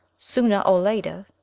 sooner or later,